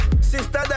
sister